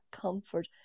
comfort